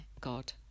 God